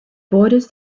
borders